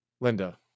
Linda